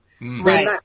Right